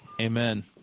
Amen